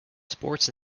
sports